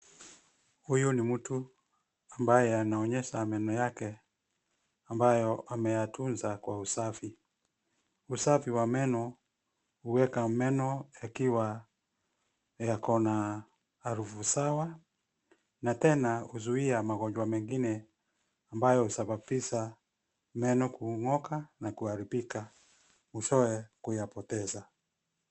Huyu ni mtu, ambaye anaonyesha meno yake, ambayo ameyatunza kwa usafi. Usafi wa meno, huweka meno yakiwa yako na harufu sawa, na tena huzuia magonjwa mengine ambayo husababisha meno kung'ooka na kuharibika, mwishowe kuyapoteza.